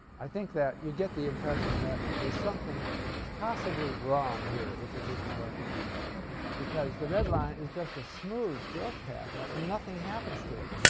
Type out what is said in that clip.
i think that you get the impression that there's something possibly wrong here with efficient markets because the red line is just a smooth growth path like nothing happens to it